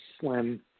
slim